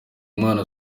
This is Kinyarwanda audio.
umwanya